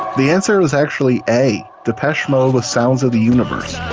the answer was actually a depeche mode of sounds of the universe